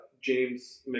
James